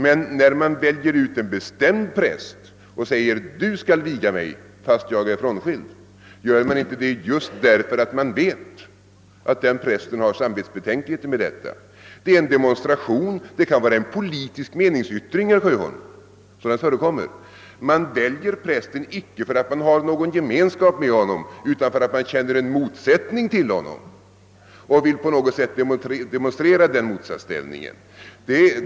Men när man väljer ut en bestämd präst och säger att »just han skall viga mig fastän jag är frånskild» — gör man då inte det just därför att man vet att den prästen har samvetsbetänkligheter mot detta? Det är en demonstration. Det kan vara en politisk meningsyttring, herr Sjöholm! Sådant förekommer. Man väljer prästen icke för att man har någon gemenskap med honom utan för att man känner en motsättning till honom och på något sätt vill demonstrera den motsatsställningen.